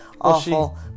awful